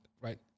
right